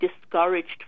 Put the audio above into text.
discouraged